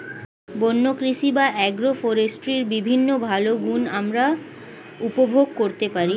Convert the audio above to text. বন্য কৃষি বা অ্যাগ্রো ফরেস্ট্রির বিভিন্ন ভালো গুণ আমরা উপভোগ করতে পারি